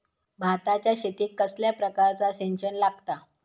भाताच्या शेतीक कसल्या प्रकारचा सिंचन लागता?